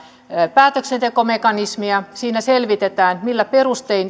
päätöksentekomekanismia siinä selvitetään millä perustein